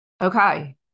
Okay